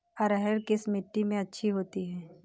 अरहर किस मिट्टी में अच्छी होती है?